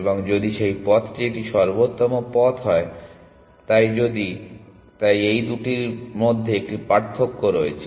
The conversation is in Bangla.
এবং যদি সেই পথটি একটি সর্বোত্তম পথ হয় তাই যদি তাই এই দুটির মধ্যে একটি পার্থক্য রয়েছে